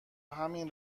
همین